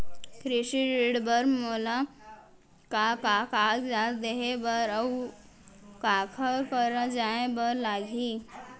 कृषि ऋण बर मोला का का कागजात देहे बर, अऊ काखर करा जाए बर लागही?